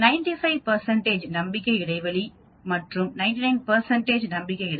95 சதவிகித நம்பிக்கை இடைவெளி மற்றும் 99 நம்பிக்கை இடைவெளிக்கு 2